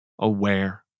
aware